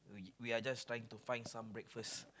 we we are just trying to find some breakfast